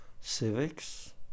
civics